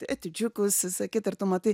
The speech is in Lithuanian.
etiudžiukus visa kita ir tu matai